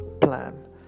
plan